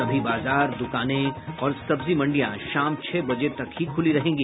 सभी बाजार दुकानें और सब्जी मंडियां शाम छह बजे तक ही खुली रहेंगी